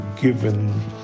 given